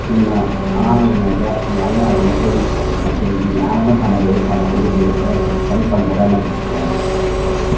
ꯑꯁꯨꯝꯅ ꯑꯉꯥꯡ ꯑꯣꯏꯔꯤꯉꯩꯗ ꯅꯨꯡꯉꯥꯏ ꯅꯨꯡꯉꯥꯏꯕ ꯃꯈꯜ ꯃꯊꯦꯜꯒꯤ ꯃꯌꯥꯝ ꯑꯃ ꯁꯥꯟꯅꯔꯛꯑꯦ ꯁꯥꯟꯅꯕꯕꯨꯗꯤ ꯑꯗꯣ ꯈꯔ ꯈꯛꯇꯪ ꯄꯟꯖꯔꯝꯃꯒꯦ ꯁꯨꯃꯥꯏꯅ